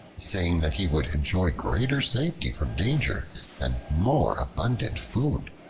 saying that he would enjoy greater safety from danger and more abundant food.